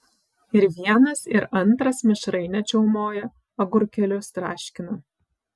ir vienas ir antras mišrainę čiaumoja agurkėlius traškina